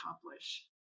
accomplish